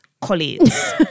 colleagues